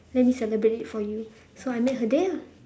let me celebrate it for you so I made her day lah